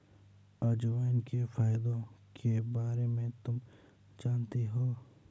अजवाइन के फायदों के बारे में तुम जानती हो?